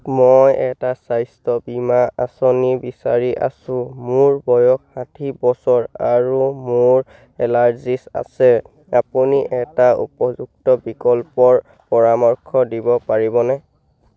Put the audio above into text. মই এটা স্বাস্থ্য বীমা আঁচনি বিচাৰি আছোঁ মোৰ বয়স ষাঠি বছৰ আৰু মোৰ এলাৰ্জি আছে আপুনি এটা উপযুক্ত বিকল্পৰ পৰামৰ্শ দিব পাৰিবনে